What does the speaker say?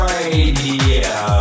Radio